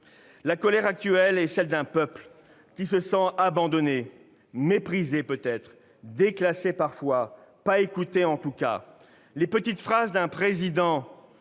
La colère actuelle est celle d'un peuple qui se sent abandonné, méprisé peut-être, déclassé parfois, pas écouté en tout cas. Les petites phrases d'un président